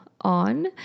on